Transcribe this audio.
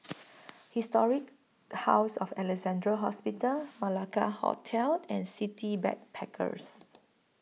Historic House of Alexandra Hospital Malacca Hotel and City Backpackers